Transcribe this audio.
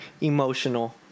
emotional